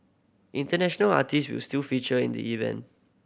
international artists will still feature in the event